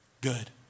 good